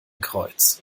kreuz